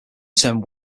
turned